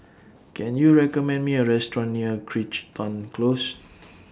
Can YOU recommend Me A Restaurant near Crichton Close